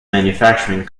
manufacturing